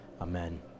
Amen